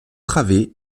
travées